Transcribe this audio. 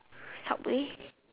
subway